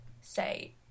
say